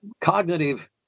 cognitive